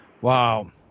Wow